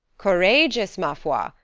courageous, ma foi!